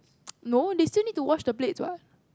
no they still need to wash the plates what